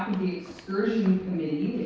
the excursion committee,